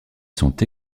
sont